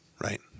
Right